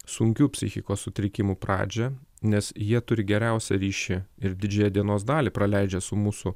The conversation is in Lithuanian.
sunkių psichikos sutrikimų pradžią nes jie turi geriausią ryšį ir didžiąją dienos dalį praleidžia su mūsų